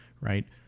right